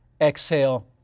exhale